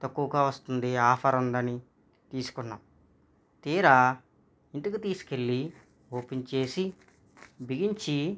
తక్కువగా వస్తుంది ఆఫర్ ఉందని తీసుకున్నాం తీరా ఇంటికి తీసుకెళ్ళి ఓపెన్ చేసి బిగించి